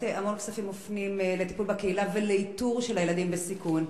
המון כספים מופנים לטיפול בקהילה ולאיתור של הילדים בסיכון.